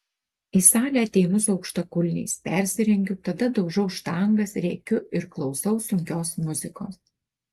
į salę ateinu su aukštakulniais persirengiu tada daužau štangas rėkiu ir klausau sunkios muzikos